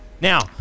Now